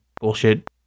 Bullshit